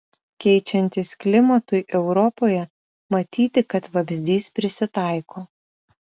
keičiantis klimatui europoje matyti kad vabzdys prisitaiko